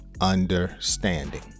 Understanding